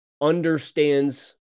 understands